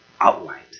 outright